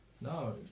No